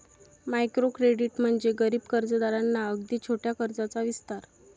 micro credit म्हणजे गरीब कर्जदारांना अगदी छोट्या कर्जाचा विस्तार